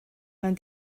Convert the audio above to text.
mewn